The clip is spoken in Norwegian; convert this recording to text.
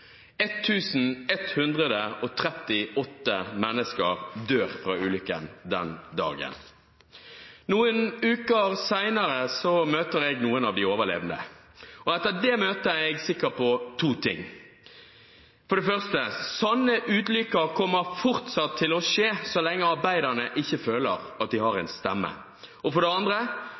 mennesker dør på grunn av ulykken den dagen. Noen uker senere møter jeg noen av de overlevende, og etter det møtet er jeg sikker på to ting: for det første at slike ulykker fortsatt kommer til å skje så lenge arbeiderne ikke føler at de har en stemme, og for det andre